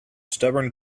stubborn